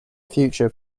future